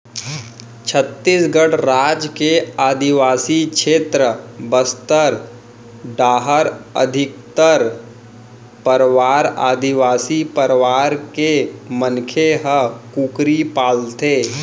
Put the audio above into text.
छत्तीसगढ़ राज के आदिवासी छेत्र बस्तर डाहर अधिकतर परवार आदिवासी परवार के मनखे ह कुकरी पालथें